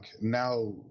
now